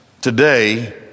today